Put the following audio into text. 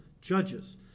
Judges